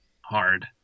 hard